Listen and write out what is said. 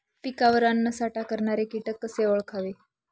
पिकावर अन्नसाठा करणारे किटक कसे ओळखावे?